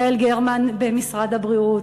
יעל גרמן במשרד הבריאות,